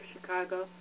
Chicago